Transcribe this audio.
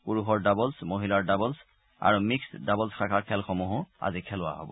পুৰুষৰ ডাবল্ছ মহিলাৰ ডাবলছ আৰু মিক্সড ডাবল্ছ শাখাৰ খেলসমূহো আজি খেলোৱা হ'ব